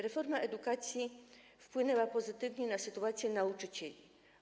Reforma edukacji wpłynęła pozytywnie na sytuację nauczycieli.